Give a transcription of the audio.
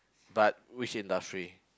but which industry